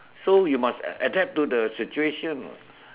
so you must adapt to the situation